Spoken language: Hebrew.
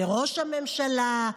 לראש הממשלה,